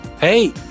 Hey